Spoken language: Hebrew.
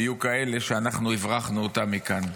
יהיו כאלה שאנחנו הברחנו אותם מכאן.